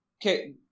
Okay